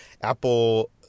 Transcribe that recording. Apple